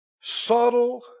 Subtle